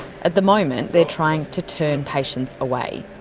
at the moment, they're trying to turn patients away.